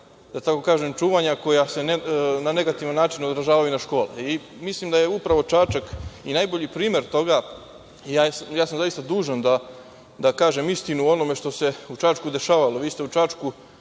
i neka čuvanja koja se na negativan način odražavaju na školu. Mislim da je upravo Čačak najbolji primer toga. Ja sam zaista dužan da kažem istinu o onome što se u Čačku dešavalo. Vi ste u Čačku